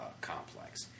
complex